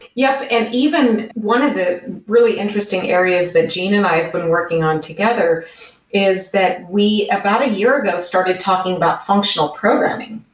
yup, and even one of the really interesting areas that like been working on together is that we, about a year ago, started talking about functional programming,